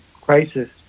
crisis